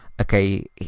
okay